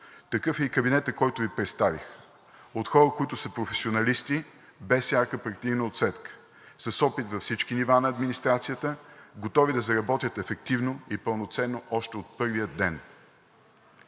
Такъв е и кабинетът, който Ви представих – от хора, които са професионалисти, без ярка партийна оцветка, с опит във всички нива на администрацията, готови да заработят ефективно и пълноценно още от първия ден.